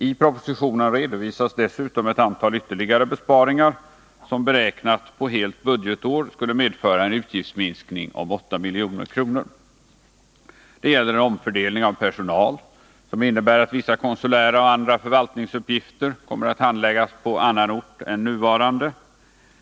I propositionen redovisas dessutom ett antal ytterligare besparingar som beräknat på helt budgetår skulle medföra en utgiftsminskning om 8 milj.kr. Det gäller en omfördelning av personal som innebär att vissa konsulära och andra förvaltningsuppgifter handläggs på annan ort än f. n.